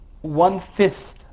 one-fifth